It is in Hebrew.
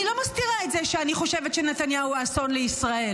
אני לא מסתירה את זה שאני חושבת שנתניהו הוא אסון לישראל,